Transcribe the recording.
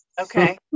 Okay